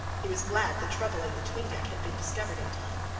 he was glad the trouble in the tween-deck had been discovered in time.